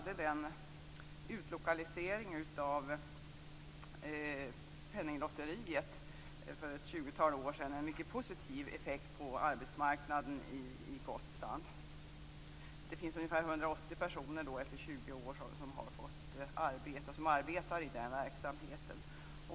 Den utlokalisering av Penninglotteriet som gjordes för ett tjugotal år sedan hade en mycket positiv effekt på arbetsmarknaden på Gotland. Efter 20 år är det ungefär 180 personer som arbetar i verksamheten.